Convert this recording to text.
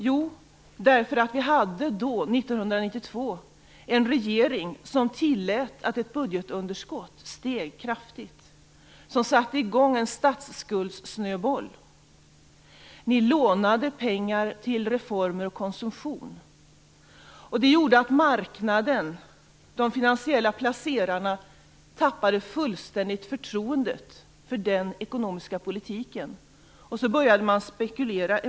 Jo, därför att vi 1992 hade en regering som tillät att ett budgetunderskott steg kraftigt som satte i gång en statsskuldssnöboll. Ni lånade pengar till reformer och konsumtion. Det gjorde att marknaden, de finansiella placerarna, fullständigt tappade förtroendet för den ekonomiska politiken. Så började man spekulera.